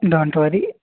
don't worry